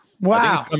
wow